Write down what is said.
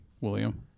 William